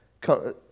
come